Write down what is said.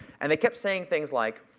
and they kept saying things like,